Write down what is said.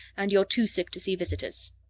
and you're too sick to see visitors.